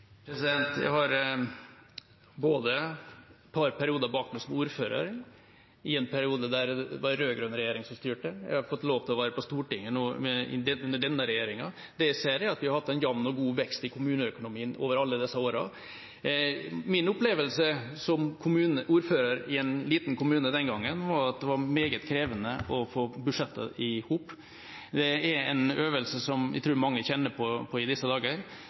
Jeg har et par perioder bak meg som ordfører da det var en rød-grønn regjering som styrte, og jeg har fått lov til å være på Stortinget nå med denne regjeringa. Det jeg ser, er at vi har hatt en jamn og god vekst i kommuneøkonomien over alle disse årene. Min opplevelse som ordfører i en liten kommune den gangen var at det var meget krevende å få budsjettene i hop. Det er en øvelse jeg tror mange kjenner på i disse dager.